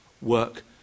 work